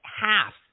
half